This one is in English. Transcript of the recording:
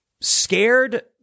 scared